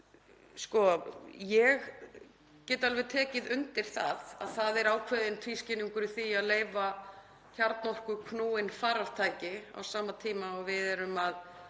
Ég get alveg tekið undir það að það er ákveðinn tvískinnungur í því að leyfa kjarnorkuknúin farartæki á sama tíma og við erum að